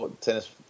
tennis